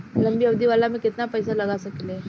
लंबी अवधि वाला में केतना पइसा लगा सकिले?